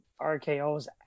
rkos